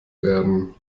werden